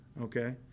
okay